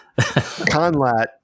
Conlat